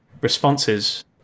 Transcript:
responses